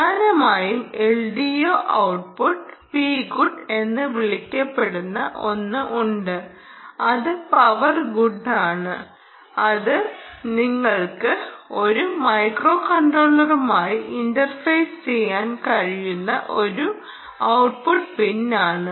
പ്രധാനമായും LDO output Pgood എന്ന് വിളിക്കപ്പെടുന്ന ഒന്ന് ഉണ്ട് അത് പവർ ഗുഡാണ് ഇത് നിങ്ങൾക്ക് ഒരു മൈക്രോകൺട്രോളറുമായി ഇന്റർഫേസ് ചെയ്യാൻ കഴിയുന്ന ഒരു ഔട്ട്പുട്ട് പിൻ ആണ്